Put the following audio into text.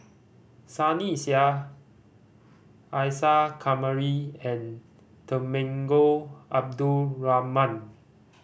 Sunny Sia Isa Kamari and Temenggong Abdul Rahman